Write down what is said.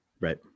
right